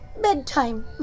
Bedtime